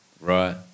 Right